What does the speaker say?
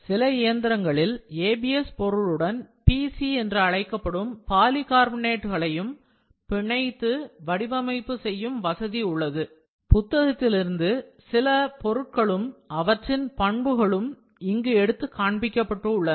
சில இயந்திரங்களில் ABS பொருளுடன் PC என்று அழைக்கப்படும் பாலிகார்பனேட் களையும் அனைத்து வடிவமைப்பு செய்யும் வசதி உள்ளது புத்தகத்திலிருந்து சில பொருட்களும் அவற்றின் பண்புகளும் எடுத்து இங்கு காண்பிக்கப்பட்டு உள்ளன